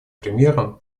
примером